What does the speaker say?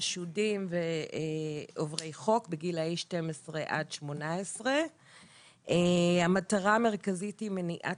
חשודים ועוברי חוק בגילאי 12 עד 18. המטרה המרכזית היא מניעת